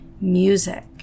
music